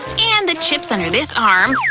and the chips under this arm.